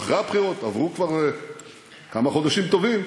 מהבחירות עברו כבר כמה חודשים טובים.